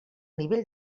nivell